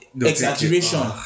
exaggeration